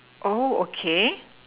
oh okay